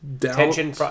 Tension